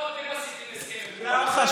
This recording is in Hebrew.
זה אנחנו או אתם עשיתם הסכם עם, לא חשוב.